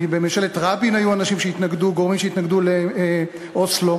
בממשלת רבין היו גורמים שהתנגדו לאוסלו.